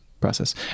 process